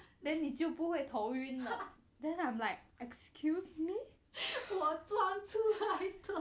then 你就不会头晕 then I'm like excuse me